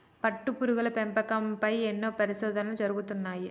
పట్టుపురుగుల పెంపకం పై ఎన్నో పరిశోధనలు జరుగుతున్నాయి